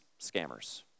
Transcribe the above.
scammers